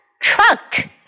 Truck